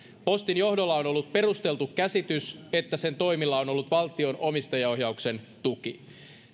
postin johdolla on ollut perusteltu käsitys että sen toimilla on on ollut valtion omistajaohjauksen tuki